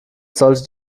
solltet